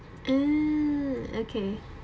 mm okay